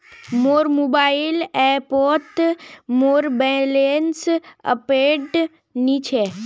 मोर मोबाइल ऐपोत मोर बैलेंस अपडेट नि छे